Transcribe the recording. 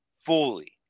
Fully